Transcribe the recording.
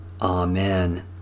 Amen